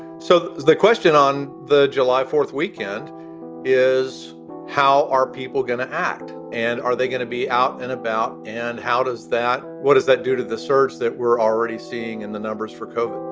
so the question on the july fourth weekend is how are people going to act and are they going to be out and about? and how does that what does that do to the surge that we're already seeing in the numbers for kobe?